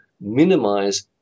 minimize